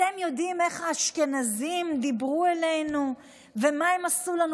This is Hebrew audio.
אתם יודעים איך האשכנזים דיברו אלינו ומה הם עשו לנו?